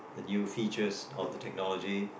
the new features of the technology